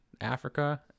Africa